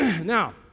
Now